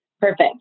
Perfect